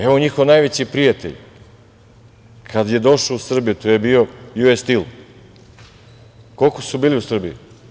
Evo, njihov najveći prijatelj kada je došao u Srbiju, to je bio Ju-es-Stil, koliko su bili u Srbiji?